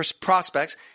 prospects